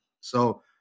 So-